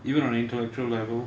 even on an intellectual level